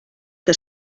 que